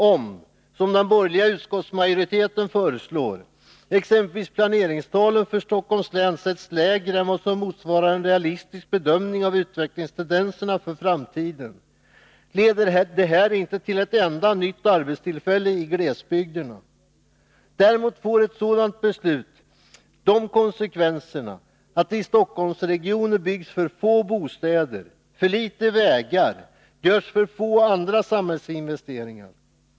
Om, som den borgerliga utskottsmajoriteten föreslår, exempelvis planeringstalen för Stockholms län sätts lägre än vad som motsvarar en realistisk bedömning av utvecklingstendenserna för framtiden, leder det inte till ett enda nytt arbetstillfälle i glesbygderna. Däremot blir konsekvenserna av ett sådant beslut att det i Stockholmsre gionen byggs för få bostäder och för litet vägar samt att det görs för få andra samhällsinvesteringar.